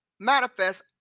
manifest